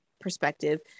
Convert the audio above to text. perspective